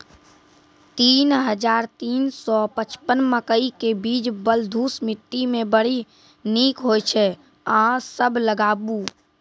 तीन हज़ार तीन सौ पचपन मकई के बीज बलधुस मिट्टी मे बड़ी निक होई छै अहाँ सब लगाबु?